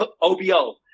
OBO